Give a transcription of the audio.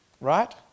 Right